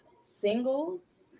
singles